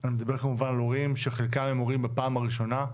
אני מדבר כמובן על הורים שחלקם הם הורים בפעם הראשונה,